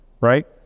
right